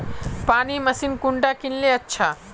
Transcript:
पानी मशीन कुंडा किनले अच्छा?